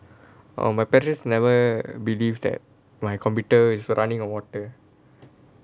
oh my parents never believe that my computer is running on water